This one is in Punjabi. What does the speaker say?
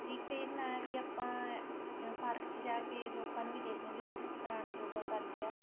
ਇੱਕ ਇਹਦੇ ਨਾਲ ਐਂ ਵੀ ਆਪਾਂ ਪਾਰਕ 'ਚ ਜਾ ਕੇ ਲੋਕਾਂ ਨੂੰ ਵੀ ਦੇਖਦੇ ਹਾਂ ਵੀ ਉਹ ਕਿਸ ਤਰ੍ਹਾਂ ਯੋਗਾ ਕਰਦੇ ਆ